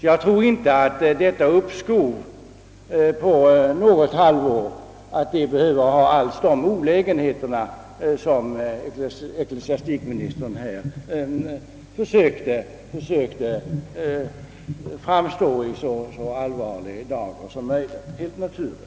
Jag tror alltså inte att ett uppskov med beslutet något halvår behöver medföra de allvarliga olägenheter som ecklesiastikministern, helt naturligt, här försökte måla upp.